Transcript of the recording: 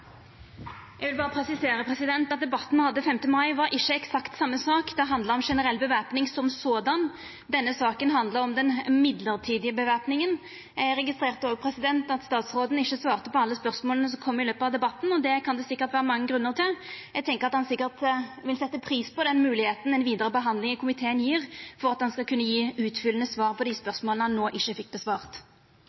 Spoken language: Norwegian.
Eg vil berre presisera at debatten vi hadde 5. mai, ikkje var eksakt same sak. Den handla om generell væpning. Denne saka handlar om den midlertidige væpninga. Eg registrerte også at statsråden ikkje svarte på alle spørsmåla som kom i løpet av debatten, og det kan det sikkert vera mange grunnar til. Eg tenkjer at han sikkert vil setja pris på den moglegheita ei vidare behandling i komiteen gjev for at han skal kunna gje utfyllande svar på dei spørsmåla han no ikkje fekk